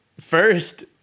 first